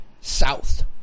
south